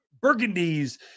burgundies